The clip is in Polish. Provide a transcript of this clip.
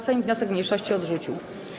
Sejm wniosek mniejszości odrzucił.